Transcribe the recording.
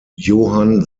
johann